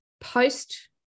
post